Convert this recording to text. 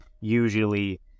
usually